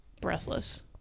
breathless